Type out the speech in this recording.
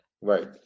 right